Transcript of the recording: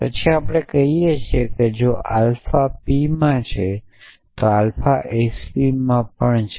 પછી આપણે કહી શકીએ કે જો આલ્ફા p માં છે તો આલ્ફા s p માં પણ છે